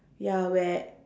ya where